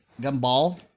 Gumball